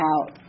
out